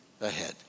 ahead